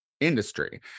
industry